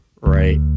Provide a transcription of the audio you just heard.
Right